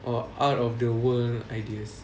or out of the world ideas